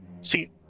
See